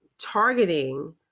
targeting